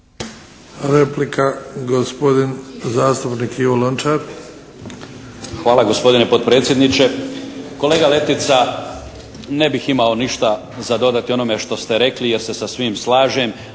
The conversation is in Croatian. Replika, gospodin zastupnik Ivo Lončar. **Lončar, Ivan (Nezavisni)** Hvala gospodine potpredsjedniče. Kolega Letica, ne bih imao ništa za dodati onome što ste rekli jer sa svim slažem.